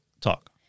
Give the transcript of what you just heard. Talk